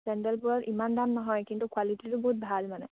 চেণ্ডেলবোৰত ইমান দাম নহয় কিন্তু কোৱালিটিটো বহুত ভাল মানে